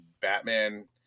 Batman